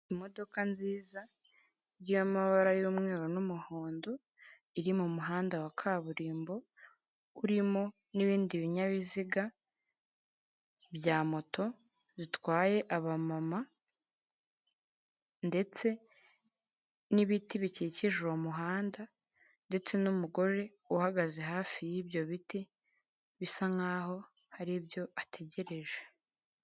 Imodoka nziza y'amabara y'umweru n'umuhondo, iri mu muhanda wa kaburimbo, urimo n'ibindi binyabiziga bya moto zitwaye abamama ndetse n'ibiti bikikije uwo muhanda ndetse n'umugore uhagaze hafi y'ibyo biti, bisa nk'aho hari ibyo ategereje.